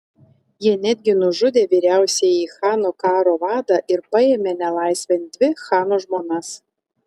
jie netgi nužudė vyriausiąjį chano karo vadą ir paėmė nelaisvėn dvi chano žmonas